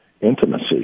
intimacy